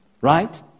right